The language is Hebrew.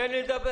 תן לי לדבר.